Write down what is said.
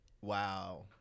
Wow